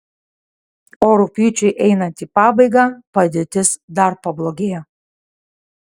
o rugpjūčiui einant į pabaigą padėtis dar pablogėjo